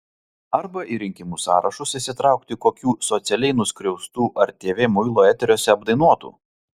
arba į rinkimų sąrašus įsitraukti kokių socialiai nusiskriaustų ar tv muilo eteriuose apdainuotų